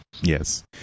yes